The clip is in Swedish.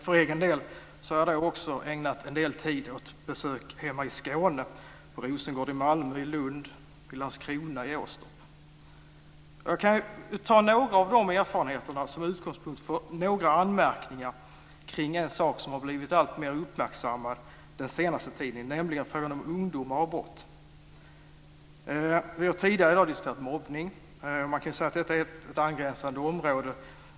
För egen del har jag också ägnat en del tid åt besök hemma i Skåne, i Rosengård i Malmö, i Lund, i Jag kan ta några av de erfarenheterna som utgångspunkt för några anmärkningar kring en sak som har blivit alltmer uppmärksammad under den senaste tiden, nämligen frågan om ungdomar och brott. Vi har tidigare i dag diskuterat mobbning. Man kan säga att detta är ett angränsande område.